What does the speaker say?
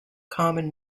common